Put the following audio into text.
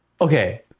okay